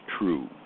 true